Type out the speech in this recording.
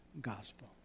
gospel